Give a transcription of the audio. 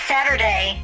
Saturday